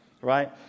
right